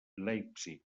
leipzig